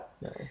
No